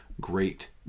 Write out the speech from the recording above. great